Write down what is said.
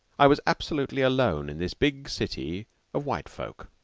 i was absolutely alone in this big city of white folk.